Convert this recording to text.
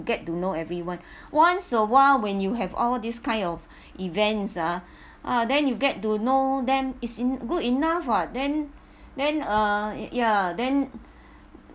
get to know everyone once a while when you have all this kind of events ah ah then you get to know them is in good enough [what] then then uh ya then